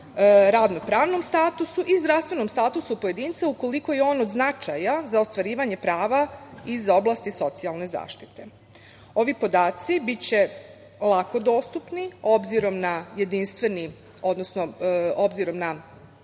radnopravnom statusu i zdravstvenom statusu pojedinca, ukoliko je on od značaja za ostvarivanje prava iz oblasti socijalne zaštite. Ovi podaci biće lako dostupni, s obzirom na sistem koji ćemo